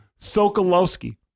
Sokolowski